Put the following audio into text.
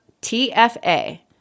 T-F-A